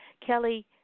Kelly